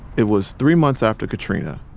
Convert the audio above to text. it was three months after katrina.